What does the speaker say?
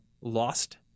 lost